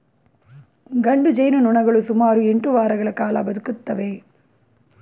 ಗಂಡು ಜೇನುನೊಣಗಳು ಸುಮಾರು ಎಂಟು ವಾರಗಳ ಕಾಲ ಬದುಕುತ್ತವೆ